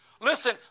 Listen